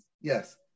Yes